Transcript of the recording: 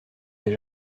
des